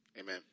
Amen